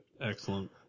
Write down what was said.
Excellent